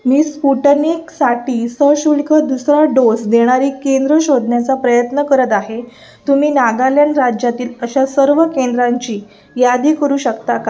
मी स्पुटनिकसाठी सशुल्क दुसरा डोस देणारी केंद्र शोधण्याचा प्रयत्न करत आहे तुम्ही नागालँड राज्यातील अशा सर्व केंद्रांची यादी करू शकता का